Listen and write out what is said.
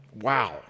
Wow